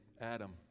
Adam